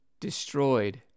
destroyed